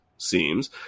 seems